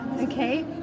Okay